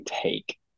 take